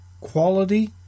quality